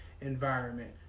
environment